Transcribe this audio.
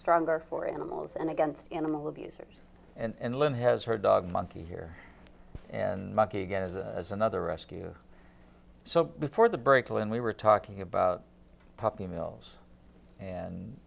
stronger for animals and against animal abusers and lynn has her dog monkey here and back again as another rescue so before the break when we were talking about puppy mills and